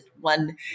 one